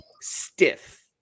stiff